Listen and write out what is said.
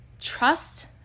trust